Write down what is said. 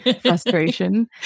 Frustration